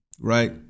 right